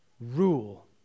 Rule